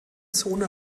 zone